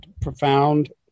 profound